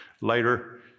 Later